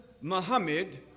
Muhammad